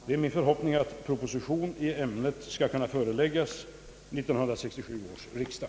Det är min förhoppning att proposition i ämnet kan föreläggas 1967 års riksdag.